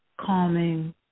calming